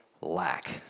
lack